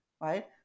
right